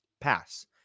pass